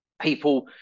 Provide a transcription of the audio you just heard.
people